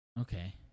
Okay